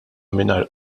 mingħajr